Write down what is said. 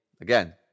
again